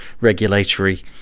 regulatory